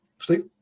Steve